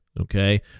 okay